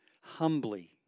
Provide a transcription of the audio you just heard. humbly